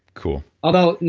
cool although,